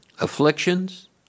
afflictions